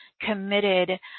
committed